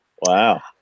Wow